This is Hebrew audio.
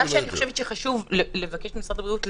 מה שאני חושבת שחשוב לבקש ממשרד הבריאות,